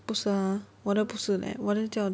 不是啊我的不是 leh 我的叫